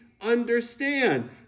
understand